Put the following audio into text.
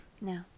No